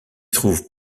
trouve